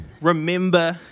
remember